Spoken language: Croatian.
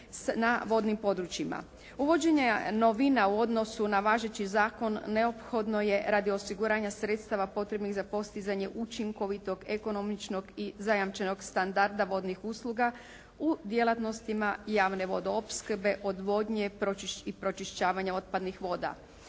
Uvođenje novina u odnosu na važeći zakon neophodno je radi osiguranja sredstava potrebnih za postizanje učinkovitog ekonomičnog i zajamčenog standarda vodnih usluga u djelatnostima javne vodoopskrbe, odvodnje i pročišćavanja otpadnih voda.